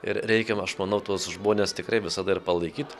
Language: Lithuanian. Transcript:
ir reikia aš manau tuos žmones tikrai visada ir palaikyt